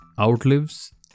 outlives